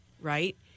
right